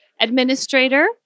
Administrator